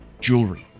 Jewelry